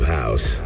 house